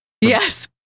Yes